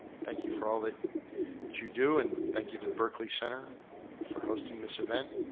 thank you for all that you do, and thank you to the berkeley center for hosting this event,